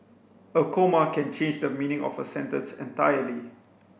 a comma can change the meaning of a sentence entirely